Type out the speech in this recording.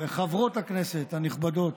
וחברות הכנסת הנכבדות,